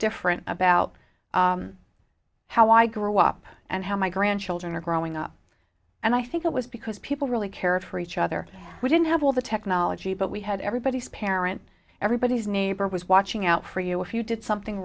different about how i grew up and how my grandchildren are growing up and i think it was because people really care of her each other we didn't have all the technology but we had everybody's parent everybody's neighbor was watching out for you if you did something